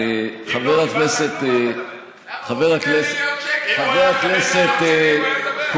אם לא קיבלת כלום, אל